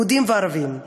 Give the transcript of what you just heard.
יהודים וערבים,